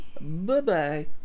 Bye-bye